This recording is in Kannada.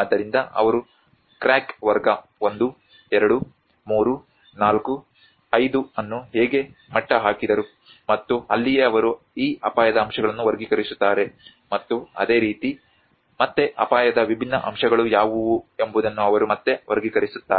ಆದ್ದರಿಂದ ಅವರು ಕ್ರ್ಯಾಕ್ ವರ್ಗ 1 2 3 4 5 ಅನ್ನು ಹೇಗೆ ಮಟ್ಟ ಹಾಕಿದರು ಮತ್ತು ಅಲ್ಲಿಯೇ ಅವರು ಈ ಅಪಾಯದ ಅಂಶಗಳನ್ನು ವರ್ಗೀಕರಿಸುತ್ತಾರೆ ಮತ್ತು ಅದೇ ರೀತಿ ಮತ್ತೆ ಅಪಾಯದ ವಿಭಿನ್ನ ಅಂಶಗಳು ಯಾವುವು ಎಂಬುದನ್ನು ಅವರು ಮತ್ತೆ ವರ್ಗೀಕರಿಸುತ್ತಾರೆ